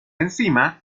enzima